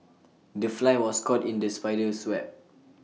the fly was caught in the spider's web